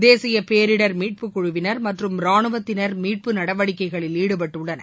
தேசிய பேரிடர் மீட்பு குழுவினர் மற்றும் ரானுவத்தினர் மீட்பு நடவடிக்கைகளில் ஈடுபட்டுள்ளனர்